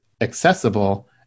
accessible